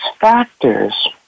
factors